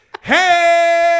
Hey